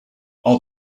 are